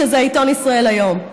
שזה עיתון ישראל היום.